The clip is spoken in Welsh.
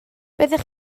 byddech